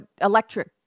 electric